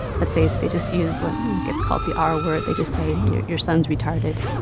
but they they just use what gets called the ah r-word. they just say your your son's retarded